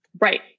Right